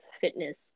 fitness